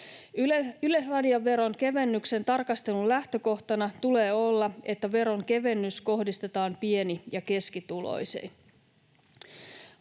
Yleisradioveron kevennyksen tarkastelun lähtökohtana tulee olla, että veronkevennys kohdistetaan pieni‑ ja keskituloisiin.